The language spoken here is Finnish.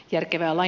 järkevällä